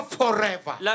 forever